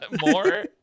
more